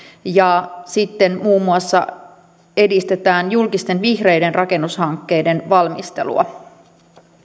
ja sitten muun muassa edistetään julkisten vihreiden rakennushankkeiden valmistelua